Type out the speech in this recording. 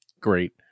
great